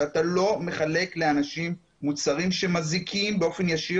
שאתה לא מחלק לאנשים מוצרים שמזיקים באופן ישיר